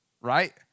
right